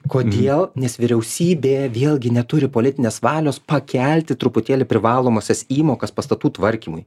kodėl nes vyriausybė vėlgi neturi politinės valios pakelti truputėlį privalomąsias įmokas pastatų tvarkymui